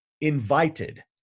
invited